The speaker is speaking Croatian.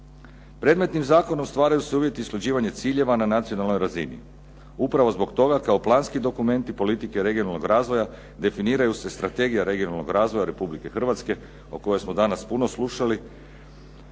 Predmetnim zakonom stvaraju se uvjeti isključivanje ciljeva na nacionalnoj razini, upravo zbog toga kao planski dokument politike regionalnog razvoja, definiraju se strategije regionalnog razvoja Republike Hrvatske o kojoj smo danas puno slušali